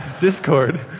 Discord